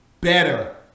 better